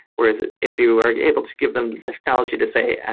whereas if you are able to give them the technology to say, and